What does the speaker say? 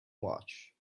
watch